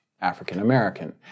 African-American